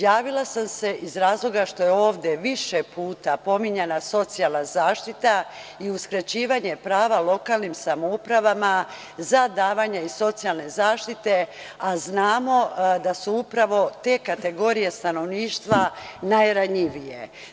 Javila sam se iz razloga što je ovde više puta pominjana socijalna zaštita i uskraćivanje prava lokalnim samoupravama za davanje socijalne zaštite, a znamo da su upravo te kategorije stanovništva najranjivije.